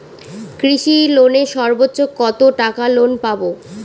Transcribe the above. কৃষি লোনে সর্বোচ্চ কত টাকা লোন পাবো?